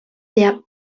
der